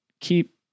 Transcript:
keep